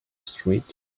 street